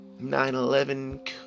9-11